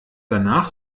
danach